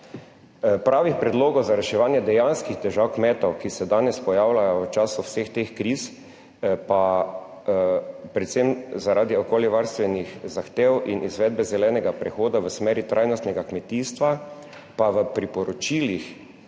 Pravih predlogov za reševanje dejanskih težav kmetov, ki se danes pojavljajo v času vseh teh kriz, pa predvsem, zaradi okoljevarstvenih zahtev in izvedbe zelenega prehoda v smeri trajnostnega kmetijstva pa v priporočilih,